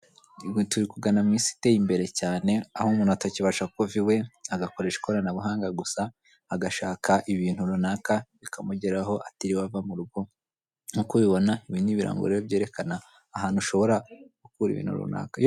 Ubu turi kugana mu isi iteye imbere cyane aho umuntu atakibasha kuva iwe agakoresha ikoranabuhanga gusa, agashaka ibintu runaka bikamugeraho atiriwe ava murugo. Nk'uko ubibona ibi ni ibirango rero byerekana ahantu ushobora gukura ibintu runaka.